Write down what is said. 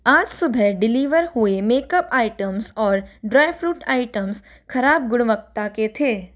आज सुबह डिलीवर हुए मेकअप आइटम्स और ड्राई फ्रूट आइटम्स खराब गुणवत्ता के थे